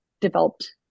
developed